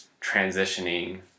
transitioning